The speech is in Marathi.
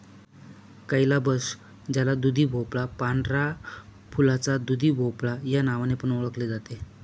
कैलाबश ज्याला दुधीभोपळा, पांढऱ्या फुलाचा दुधीभोपळा या नावाने पण ओळखले जाते